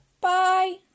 Bye